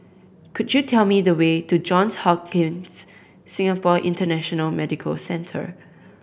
could you tell me the way to Johns Hopkins Singapore International Medical Centre